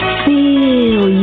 feel